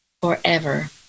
forever